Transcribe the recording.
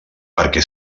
perquè